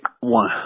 One